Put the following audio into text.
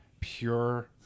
pure